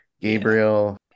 Gabriel